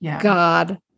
God